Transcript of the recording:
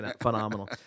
phenomenal